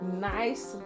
nice